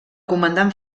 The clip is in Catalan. comandant